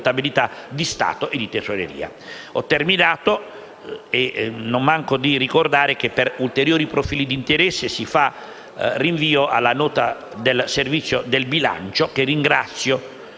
Ho terminato e non manco di ricordare che, per ulteriori profili di interesse, si fa rinvio alla nota del Servizio del bilancio, che ringrazio